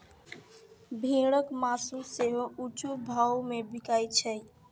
भेड़क मासु सेहो ऊंच भाव मे बिकाइत छै